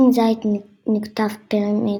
אם הזית נקטף טרם עת,